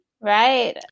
Right